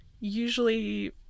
usually